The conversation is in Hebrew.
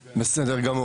בסדר.